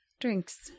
drinks